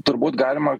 turbūt galima